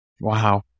Wow